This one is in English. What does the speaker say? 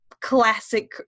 classic